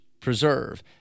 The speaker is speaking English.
preserve